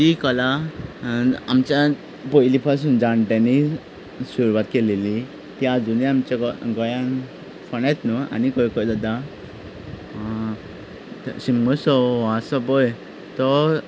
ती कला आमच्यान पयलीं पासून जाणट्यांनी सुरवात केलेली ती आजुनूय आमच्या गोंयांत फोंड्याच न्हय आनी खंय खंय जाता शिगमोत्सव आसा पळय तो